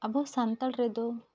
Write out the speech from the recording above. ᱟᱵᱚ ᱥᱟᱱᱛᱟᱲ ᱨᱮᱫᱚ